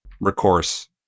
recourse